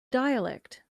dialect